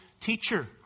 teacher